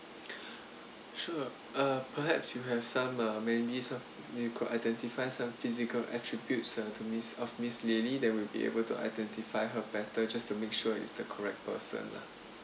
sure uh perhaps you have some uh maybe you could identify some physical attributes uh to miss of miss lily that will be able to identify her better just to make sure it's the correct person lah